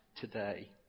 today